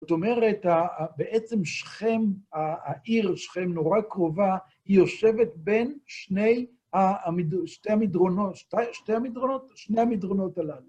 זאת אומרת, בעצם שכם, העיר שכם, נורא קרובה, היא יושבת בין שתי המדרונות הללו.